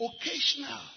occasional